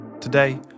Today